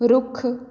ਰੁੱਖ